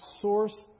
source